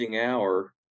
hour